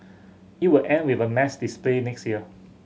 it will end with a mass display next year